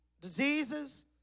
diseases